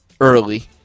early